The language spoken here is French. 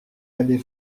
allés